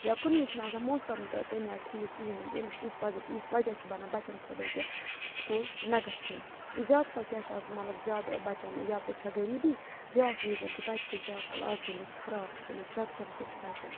یا کُنہِ وِز چھُنہٕ آسان موسَم تہٕ تیٚمہِ آیہِ ٹھیٖک کِہیٖنۍ تٔمِس یُس وَجہ یُس وَجہ چھُ بَنان بَچَن خٲطرٕ کہِ سکوٗل نہ گَژھُن زیادٕ کَل کیٛاہ چھُ آسان مطلب زیادٕ بَچَن یا تہٕ چھا غریٖبی بیٛاکھ ریٖزَن چھِ بَچہِ چھِ زیادٕ کَلہٕ آز گٔمٕتۍ خراب چھِ گٔمٕتۍ ڈرٛگسَن سۭتۍ چھِ بَچَن